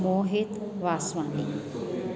Mohit Vaswani